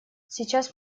сейчас